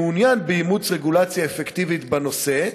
שמעוניין באימוץ רגולציה אפקטיבית בנושא,